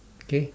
K